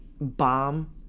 bomb